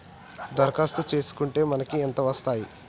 దరఖాస్తు చేస్కుంటే మనకి ఎంత వస్తాయి?